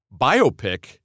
biopic